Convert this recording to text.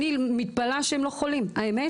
התקשרתי להרבה נוכחים פה, אין,